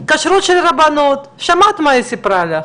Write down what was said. כשרות של רבנות, שמעת מה היא סיפרה לך.